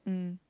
mm